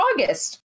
August